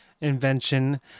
invention